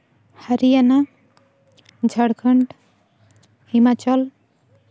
Haryana Jharkhand Himachal